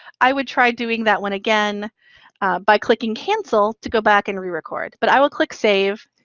i would try doing that one again by clicking cancel to go back and rerecord, but i will click save.